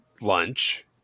lunch